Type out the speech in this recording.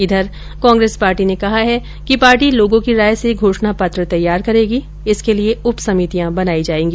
इधर कांग्रेस पार्टी ने कहा है कि पार्टी लोगों की राय से घोषणा पत्र तैयार करेगी जिसके लिये उप समितियां बनायी जायेगी